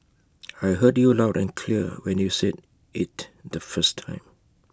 I heard you loud and clear when you said IT the first time